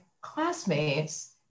classmates